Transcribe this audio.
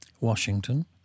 Washington